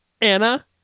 Anna